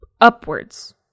upwards